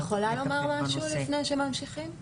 אני יכולה לומר משהו לפני שממשיכים?